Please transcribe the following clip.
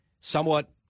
somewhat